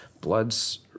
bloods